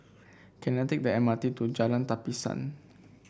can I take the M R T to Jalan Tapisan